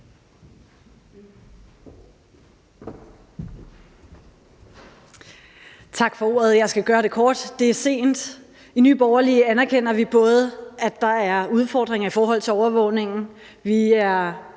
Tak for ordet. Jeg skal gøre det kort, da det er sent. I Nye Borgerlige anerkender vi, at der på den ene side er udfordringer i forhold til overvågningen – vi er